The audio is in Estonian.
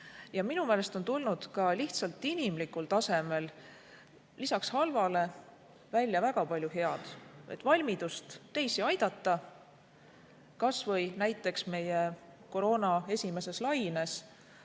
Minu meelest on tulnud ka lihtsalt inimlikul tasemel halva kõrval välja väga palju head ja valmidust teisi aidata, kas või näiteks meie koroona esimeses laines